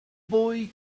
boy